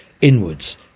inwards